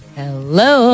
hello